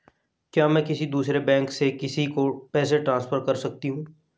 क्या मैं किसी दूसरे बैंक से किसी को पैसे ट्रांसफर कर सकती हूँ?